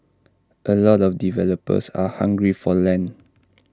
A lot of developers are hungry for land